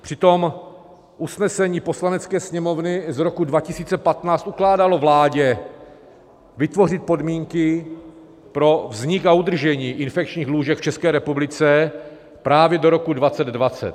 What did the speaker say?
Přitom usnesení Poslanecké sněmovny z roku 2015 ukládalo vládě vytvořit podmínky pro vznik a udržení infekčních lůžek v České republice právě do roku 2020.